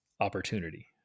opportunity